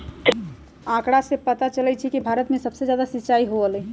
आंकड़ा से पता चलई छई कि भारत में सबसे जादा सिंचाई होलई ह